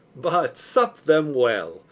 but sup them well,